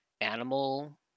animal